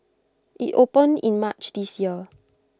IT opened in March this year